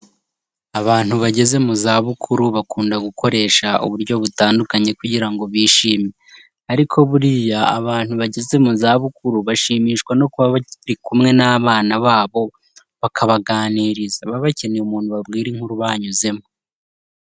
Abantu bageze mu zabukuru bakunda gukoresha uburyo butandukanye kugira ngo bishime. Ariko buriya, abantu bageze mu zabukuru bashimishwa no kuba bari kumwe n'abana babo bakabaganiriza. Baba bakeneye umuntu babwira inkuru banyuzemo.